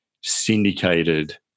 syndicated